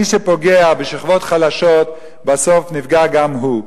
מי שפוגע בשכבות חלשות בסוף נפגע גם הוא.